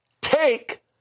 take